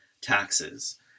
taxes